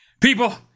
people